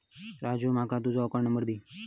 राजू माका तुझ account number दी